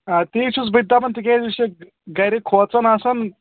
آ تی چھُس بہٕ تہِ دَپَان تِکیٛازِ یہِ چھِ گَرِ کھوژَان آسَان